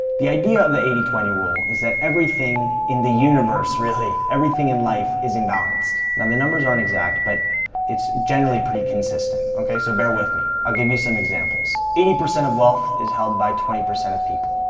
the idea of the eighty twenty rule is that everything. in the universe, really, everything in life is imbalanced. now, the numbers aren't exact, but it's generally pretty consistent. okay, so bear with me. i'll give you some examples eighty percent of wealth is held by twenty percent of people.